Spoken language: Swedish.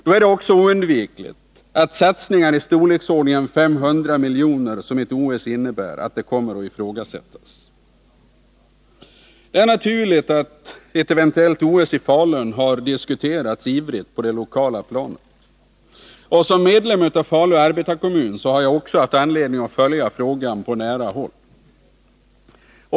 Då är det också oundvikligt att satsningar i storleksordningen 500 milj.kr. — som ett OS skulle innebära — ifrågasätts. Det är naturligt att frågan om ett eventuellt OS i Falun ivrigt har diskuterats på det lokala planet. Som medlem av Falu arbetarekommun har jag också haft anledning att följa frågan på nära håll.